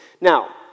Now